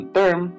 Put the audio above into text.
term